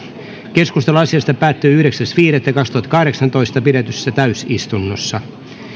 keskustelu asiasta päättyi yhdeksäs viidettä kaksituhattakahdeksantoista pidetyssä täysistunnossa